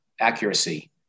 accuracy